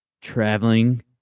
traveling